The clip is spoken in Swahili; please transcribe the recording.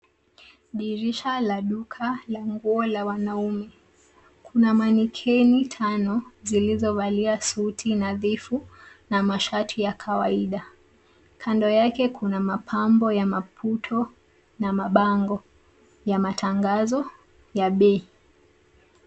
Dirisha la duka la nguo la wanaume. Kuna manekeni tano zilizoa valia suti nadhifu na mashati ya kawaida. Kando yake kuna mapambo ya maputo na mabango ya matangazo ya bei.